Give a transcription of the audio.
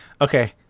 okay